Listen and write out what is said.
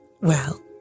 Well